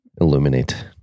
illuminate